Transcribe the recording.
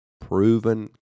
proven